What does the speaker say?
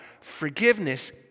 forgiveness